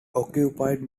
occupied